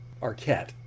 Arquette